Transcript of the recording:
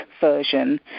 version